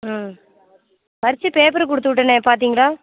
ம் பரீட்சை பேப்பர் கொடுத்து விட்டேனே பார்த்தீங்களா